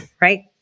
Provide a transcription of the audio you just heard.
right